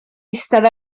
eistedd